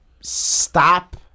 stop